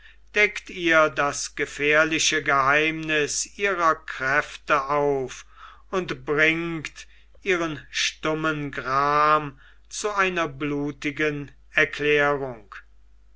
deckt ihr das gefährliche geheimniß ihrer kräfte auf und bringt ihren stummen gram zu einer blutigen erklärung